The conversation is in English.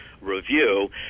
review